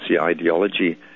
ideology